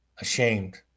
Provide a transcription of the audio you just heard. ashamed